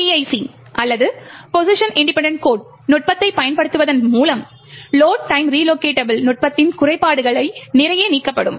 PIC அல்லது position independent code நுட்பத்தைப் பயன்படுத்துவதன் மூலம் லோட் டைம் ரிலோகெட்டபுள் நுட்பத்தின் குறைபாடுகள் நிறைய நீக்கப்படும்